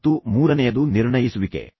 ಮತ್ತು ಮೂರನೆಯದು ನಿರ್ಣಯಿಸುವಿಕೆ